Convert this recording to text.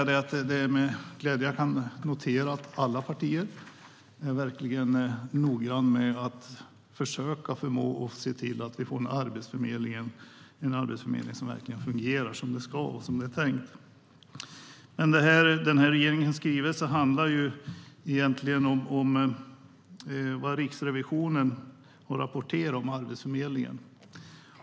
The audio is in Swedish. Det är med glädje jag noterar att alla partier är noggranna med att försöka skapa en arbetsförmedling som verkligen fungerar som det är tänkt. Regeringens skrivelse handlar egentligen om vad Riksrevisionen rapporterar om Arbetsförmedlingen.